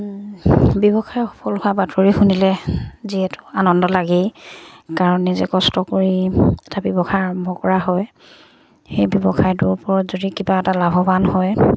ব্যৱসায় সফল হোৱা বাতৰি শুনিলে যিহেতু আনন্দ লাগেই কাৰণ নিজে কষ্ট কৰি এটা ব্যৱসায় আৰম্ভ কৰা হয় সেই ব্যৱসায়টোৰ ওপৰত যদি কিবা এটা লাভৱান হয়